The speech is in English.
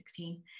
2016